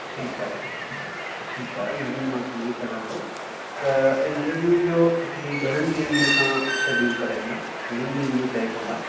ठीकु आहे ठीकु आहे मेडम मां समुझी सघां थो त इंटरव्यू जो ई घणनि ॾींहंनि में तव्हां शेड्यूल कराईंदा घणनि ॾींहंनि में तइ कंदा